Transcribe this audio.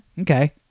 Okay